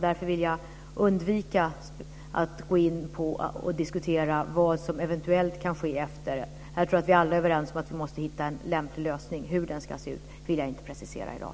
Därför vill jag undvika att gå in på och diskutera vad som eventuellt kan ske efteråt. Här tror jag att vi alla är överens om att vi måste hitta en lämplig lösning. Hur den ska se ut vill jag inte precisera i dag.